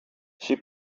she